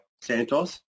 Santos